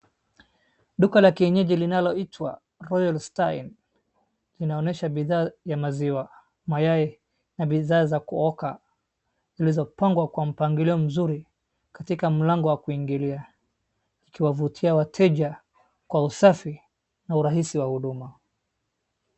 Duka la kienyeji linaloitwa Royal Starrin inaonyesha bidhaa ya maziwa, mayai na bidhaa za kuoka zilizopangwa kwa mpangilio mzuri katika mlango wa kuingilia ikiwavutia wateja kwa usafi na urahisi wa huduma.